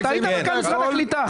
אתה היית מנכ"ל משרד הקליטה.